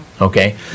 okay